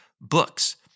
books